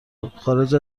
خارج